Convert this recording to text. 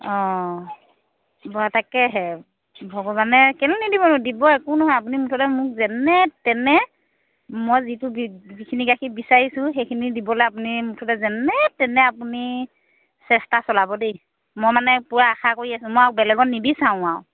অঁ বাৰু তাকেহে ভগৱানে কেলৈ নিদিবনো দিব একো নহয় আপুনি মুঠতে মোক যেনে তেনে মই যিটো যিখিনি গাখীৰ বিচাৰিছোঁ সেইখিনি দিবলৈ আপুনি মুঠতে যেনে তেনে আপুনি চেষ্টা চলাব দেই মই মানে পূৰা আশা কৰি আছোঁ মই আৰু বেলেগত নিবিচাৰো আৰু